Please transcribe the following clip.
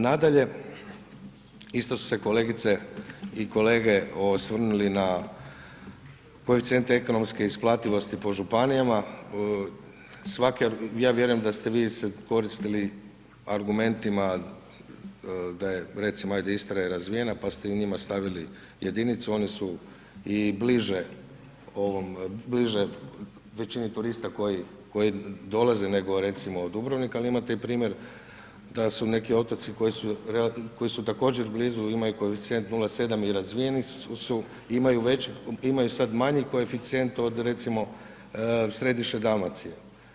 Nadalje, isto su se kolegice i kolege osvrnuli i na koeficijente ekonomske isplativosti po županijama, ja vjerujem da ste vi se koristili argumentima da je recimo, ajde Istra je razvijena, pa ste i njima stavili jedinicu, oni su i bliže većini turista koji dolaze nego recimo Dubrovnik ali imate i primjer da su neki otoci koji su također blizu, imaju koeficijent 0,7 i razvijeni su, imaju sad manji koeficijent od recimo središnje Dalmacije.